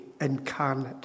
incarnate